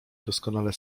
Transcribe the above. doskonale